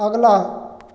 अगला